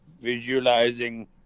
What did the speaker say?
visualizing